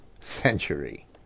century